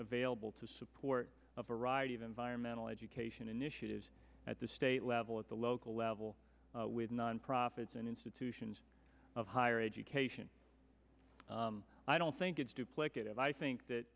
available to support of variety of environmental education initiatives at the state level at the local level with non profits and institutions of higher education i don't think it's duplicative i think that